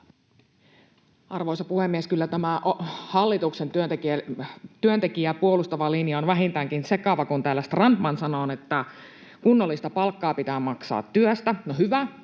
Arvoisa puhemies! Kyllä tämä hallituksen työntekijää puolustava linja on vähintäänkin sekava, kun täällä Strandman sanoo, että kunnollista palkkaa pitää maksaa työstä. No hyvä, me